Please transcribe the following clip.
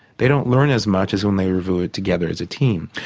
they don't learn as much as when they review it together as a team.